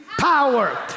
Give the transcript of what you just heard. power